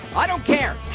i don't care.